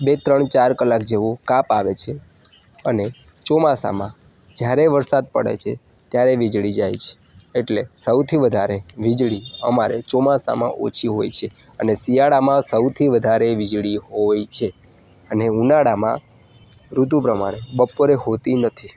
બે ત્રણ ચાર કલાક જેવું કાપ આવે છે અને ચોમાસાંમાં જ્યારે વરસાદ પડે છે ત્યારે વીજળી જાય છે એટલે સૌથી વધારે વીજળી અમારે ચોમાસાંમાં ઓછી હોય છે અને શિયાળામાં સૌથી વધારે વીજળી હોય છે અને ઉનાળામાં ઋતુ પ્રમાણે બપોરે હોતી નથી